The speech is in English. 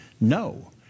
no